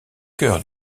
cœur